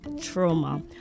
trauma